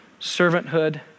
servanthood